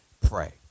pray